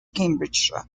cambridgeshire